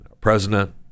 president